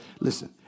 Listen